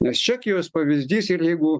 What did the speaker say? nes čekijos pavyzdys ir jeigu